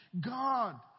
God